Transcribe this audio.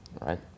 right